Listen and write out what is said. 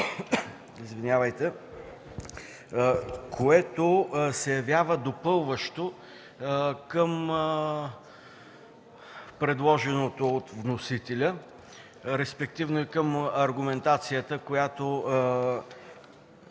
което се явява допълващо към предложеното от вносителите, респективно и към аргументацията, която